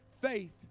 faith